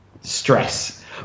stress